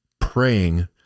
praying